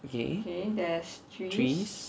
okay trees